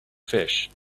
fish